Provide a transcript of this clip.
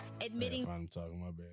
admitting